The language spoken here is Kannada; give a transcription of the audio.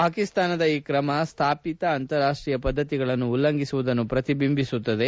ಪಾಕಿಸ್ತಾನದ ಈ ಕ್ರಮ ಸ್ಡಾಪಿತ ಅಂತಾರಾಷ್ಟೀಯ ಪದ್ದತಿಗಳನ್ನು ಉಲ್ಲಂಘಿಸುವುದನ್ನು ಪ್ರತಿಬಿಂಬಿಸುತ್ತದೆ